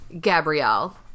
Gabrielle